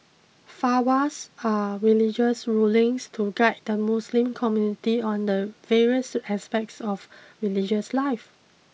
Fatwas are religious rulings to guide the Muslim community on the various aspects of religious life